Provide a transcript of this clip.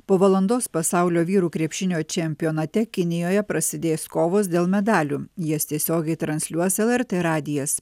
po valandos pasaulio vyrų krepšinio čempionate kinijoje prasidės kovos dėl medalių jas tiesiogiai transliuos lrt radijas